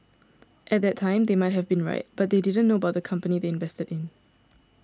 at that time they might have been right but they didn't know about the company they invested in